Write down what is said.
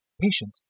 patient